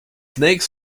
snake